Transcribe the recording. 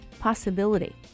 possibility